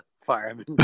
Fireman